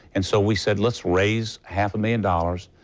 and so we said let's raise half a million dollars.